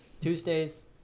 Tuesdays